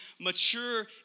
mature